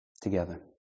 Together